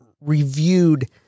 reviewed